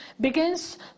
begins